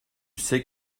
sais